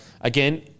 again